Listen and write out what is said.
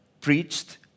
preached